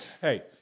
Hey